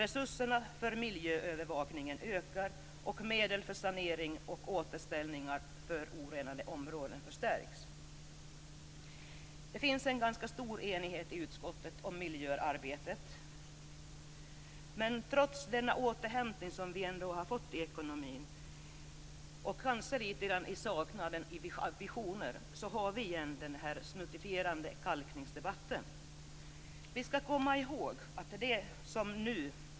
Resurserna för miljöövervakningen ökar, och medel för sanering och återställning av förorenade områden förstärks. Det finns en ganska stor enighet i utskottet om miljöarbetet. Men trots den återhämtning som vi har fått i ekonomin, och kanske lite grann i saknaden av visioner, har vi återigen den snuttifierande kalkningsdebatten.